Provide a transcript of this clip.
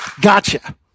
gotcha